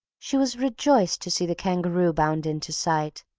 she was rejoiced to see the kangaroo bound into sight.